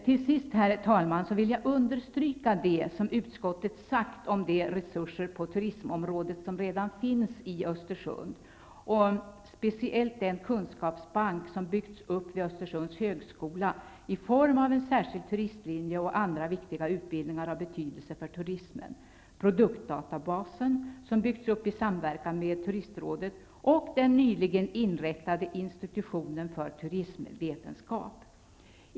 Till sist, herr talman, vill jag understryka det som utskottet har sagt om de resurser på turismområdet som redan finns i Östersund och speciellt den kunskapsbank som byggts upp vid Östersunds högskola i form av en särskild turistlinje och andra viktiga utbildningar av betydelse för turismen, produktdatabasen, som byggts upp i samverkan med Turistrådet, och den nyligen inrättade institutionen för turismvetenskap.